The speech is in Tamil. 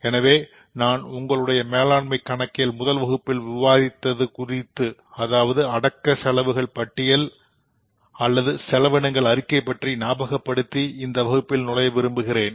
எனவே நான் உங்களுடைய மேலாண்மை கணக்கியல்முதல் வகுப்பில் விவாதித்தது அடக்க செலவுகள் பட்டியல் அல்லது செலவினங்களின் அறிக்கை பற்றி ஞாபகப்படுத்தி இந்த வகுப்பில் நுழைய விரும்புகிறேன்